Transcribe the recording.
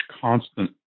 constant